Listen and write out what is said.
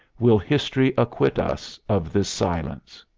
will history acquit us of this silence?